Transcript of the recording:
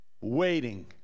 waiting